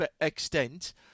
extent